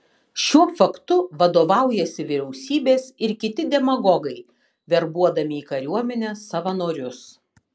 šiuo faktu vadovaujasi vyriausybės ir kiti demagogai verbuodami į kariuomenę savanorius